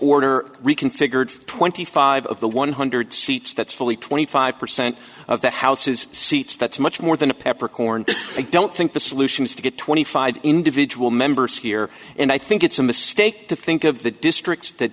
order reconfigured twenty five of the one hundred seats that's fully twenty five percent of the house's seats that's much more than a peppercorn i don't think the solution is to get twenty five individual members here and i think it's a mistake to think of the districts that